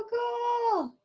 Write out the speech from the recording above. o